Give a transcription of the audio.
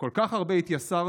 כל כך הרבה התייסרנו,